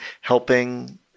helping